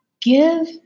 give